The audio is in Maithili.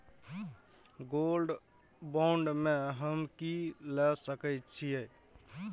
गोल्ड बांड में हम की ल सकै छियै?